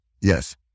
Yes